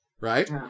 right